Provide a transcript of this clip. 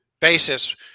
basis